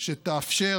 שתאפשר